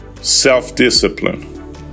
self-discipline